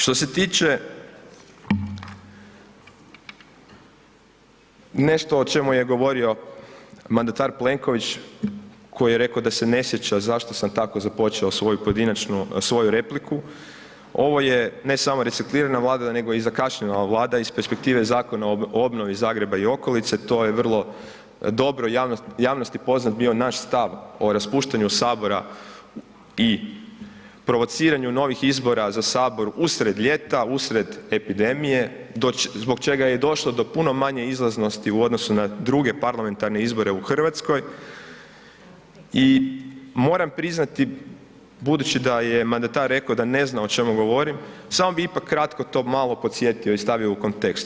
Što se tiče, nešto o čemu je govorio mandatar Plenković, koji je rekao da se ne sjeća zašto sam tako započeo svoju pojedinačnu, svoju repliku, ovo je ne samo reciklirana vlada nego i zakašnjela vlada iz perspektive Zakona o obnovi Zagreba i okolice, to je vrlo dobro javnosti poznat bio naš stav o raspuštanju sabora i provociranju novih izbora za sabor usred ljeta, usred epidemije, zbog čega je i došlo do puno manje izlaznosti u odnosu na druge parlamentarne izbore u RH i moram priznati budući da je mandatar rekao da ne znam o čemu govorim, samo bi ipak kratko to malo podsjetio i stavio u kontekst.